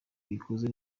bikozwe